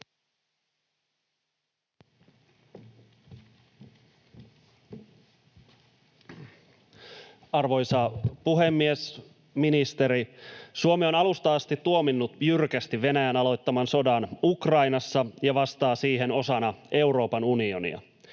Arvoisa puhemies! Ministeri! Suomi on alusta asti tuominnut jyrkästi Venäjän aloittaman sodan Ukrainassa ja vastaa siihen osana Euroopan unionia.